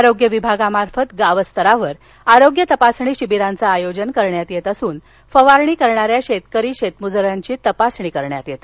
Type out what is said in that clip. आरोग्य विभागामार्फत गावस्तरावर आरोग्य तपासणी शिबिरांचे आयोजन करण्यात येत असून फवारणी करणाऱ्या शेतकरी शेतमजुरांची तपासणी करण्यात येते